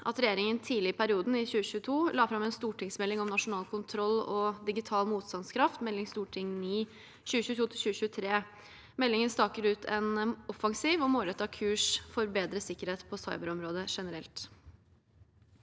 at regjeringen tidlig i perioden, i 2022, la fram en stortingsmelding om nasjonal kontroll og digital motstandskraft, Meld. St. 9 for 2022–2023. Meldingen staker ut en offensiv og målrettet kurs for bedre sikkerhet på cyberområdet generelt.